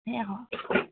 সেই আকৌ